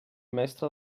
mestra